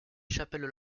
chapelles